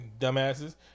dumbasses